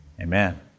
Amen